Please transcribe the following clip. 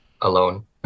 alone